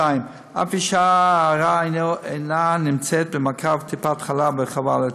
אף אישה הרה אינה נמצאת במעקב טיפת חלב בח'וואלד.